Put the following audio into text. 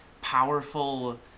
powerful